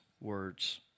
words